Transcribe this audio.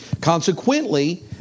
Consequently